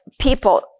people